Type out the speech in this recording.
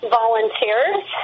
volunteers